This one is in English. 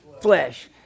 Flesh